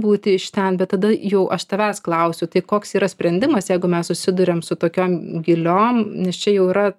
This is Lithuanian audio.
būti iš ten bet tada jau aš tavęs klausiu tai koks yra sprendimas jeigu mes susiduriam su tokiom giliom nes čia jau yra